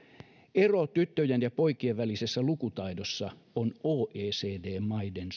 ero tyttöjen ja poikien välisessä lukutaidossa on oecd maiden